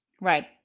Right